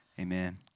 Amen